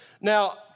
Now